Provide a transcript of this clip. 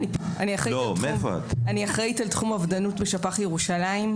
אני אחראית על תחום אובדנות בשפ"ח ירושלים.